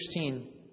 16